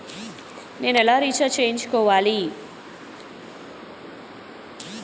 నేను ఎలా రీఛార్జ్ చేయించుకోవాలి?